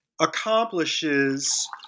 accomplishes